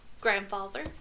grandfather